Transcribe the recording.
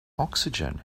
oxygen